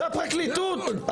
זה הפרקליטות,